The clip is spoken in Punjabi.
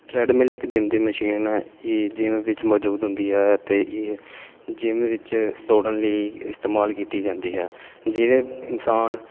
ਟ੍ਰੈਡਮਿਲ ਇੱਕ ਜਿਮ ਦੀ ਮਸ਼ੀਨ ਹੈ ਇਹ ਜਿਮ ਵਿੱਚ ਮੌਜੂਦ ਹੁੰਦੀ ਹੈ ਅਤੇ ਇਹ ਜਿਮ ਵਿੱਚ ਦੌੜਣ ਲਈ ਇਸਤੇਮਾਲ ਕੀਤੀ ਜਾਂਦੀ ਹੈ ਜਿਵੇਂ ਇਨਸਾਨ